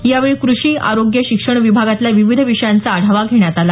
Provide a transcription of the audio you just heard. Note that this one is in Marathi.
यावेळी क्रषी आरोग्य शिक्षण विभागातल्या विविध विषयाचा आढावा घेण्यात आला